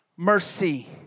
Mercy